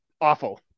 awful